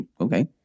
okay